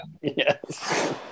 Yes